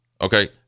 Okay